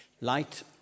Light